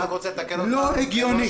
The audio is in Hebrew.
זה לא הגיוני.